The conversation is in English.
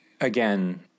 again